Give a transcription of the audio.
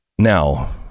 now